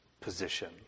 position